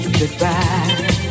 goodbye